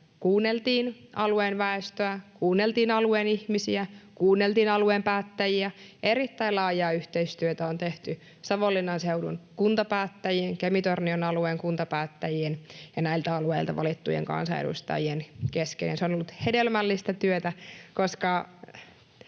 kuunneltiin alueen väestöä, kuunneltiin alueen ihmisiä, kuunneltiin alueen päättäjiä. Erittäin laajaa yhteistyötä on tehty Savonlinnan seudun kuntapäättäjien, Kemi-Tornion alueen kuntapäättäjien ja näiltä alueilta valittujen kansanedustajien kesken. Se on ollut hedelmällistä työtä, koska